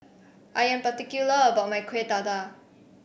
I am particular about my Kueh Dadar